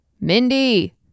Mindy